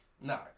No